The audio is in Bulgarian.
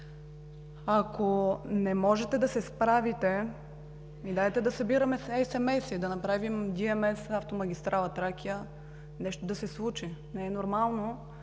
Ако не можете да се справите, дайте да събираме SMS-и, да направим DMS-автомагистрала „Тракия“, нещо да се случи! Не е нормално